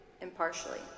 impartially